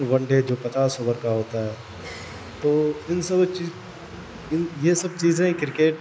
one day جو پچاس over کا ہوتا ہے تو ان سبھی چیز ان یہ سب چیزیں کرکٹ